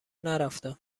نرفتم